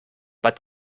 but